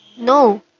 no